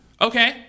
okay